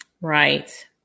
Right